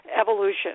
evolution